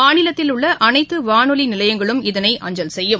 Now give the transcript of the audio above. மாநிலத்தில் உள்ளஅனைத்துவானொலிநிலையங்களும் இதனை அஞ்சல் செய்யும்